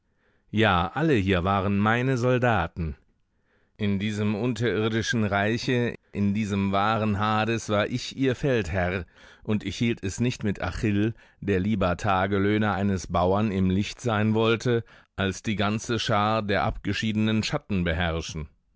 ja alle hier waren meine soldaten in diesem unterirdischen reiche in diesem wahren hades war ich ihr feldherr und ich hielt es nicht mit achill der lieber tagelöhner eines bauern im licht sein wollte als die ganze schar der abgeschiedenen schatten beherrschen